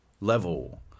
level